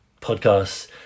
podcasts